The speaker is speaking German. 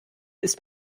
ist